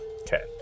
Okay